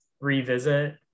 revisit